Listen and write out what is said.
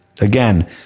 Again